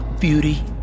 beauty